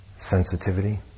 sensitivity